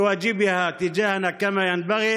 ( לא ממלאים את חובתם כלפינו כיאות.